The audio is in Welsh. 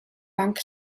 banc